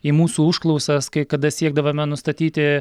į mūsų užklausas kai kada siekdavome nustatyti